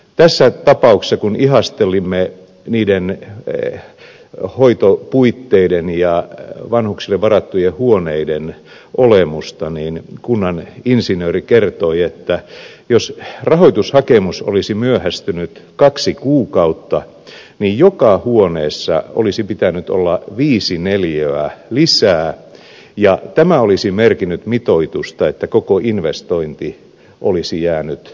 tässä tapauksessa kun ihastelimme niiden hoitopuitteiden ja vanhuksille varattujen huoneiden olemusta niin kunnaninsinööri kertoi että jos rahoitushakemus olisi myöhästynyt kaksi kuukautta niin joka huoneessa olisi pitänyt olla viisi neliötä lisää ja tämä olisi merkinnyt sellaista mitoitusta että koko investointi olisi jäänyt tekemättä